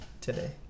today